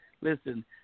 Listen